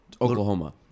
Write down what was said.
Oklahoma